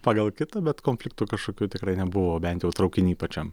pagal kitą bet konfliktų kažkokių tikrai nebuvo bent jau traukiny pačiam